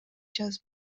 жазып